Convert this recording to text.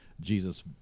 Jesus